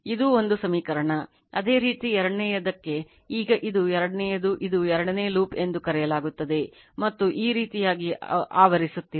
ಇದು ಒಂದು ಸಮೀಕರಣ ಅದೇ ರೀತಿ ಎರಡನೆಯದಕ್ಕೆ ಈಗ ಇದು ಎರಡನೆಯದು ಇದು ಎರಡನೇ ಲೂಪ್ ಎಂದು ಕರೆಯಲಾಗುತ್ತದೆ ಮತ್ತು ಈ ರೀತಿಯಾಗಿ ಆವರಿಸುತ್ತಿದೆ